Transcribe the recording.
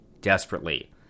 Desperately